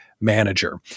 manager